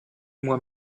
moi